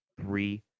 three